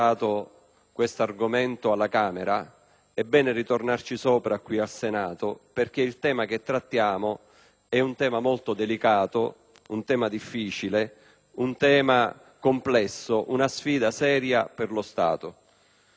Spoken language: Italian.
già affrontato alla Camera, è bene ritornarci anche qui al Senato perché il tema che trattiamo è molto delicato; è un tema difficile e complesso, una sfida seria per lo Stato.